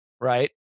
right